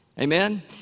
Amen